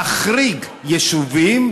להחריג יישובים,